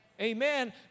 Amen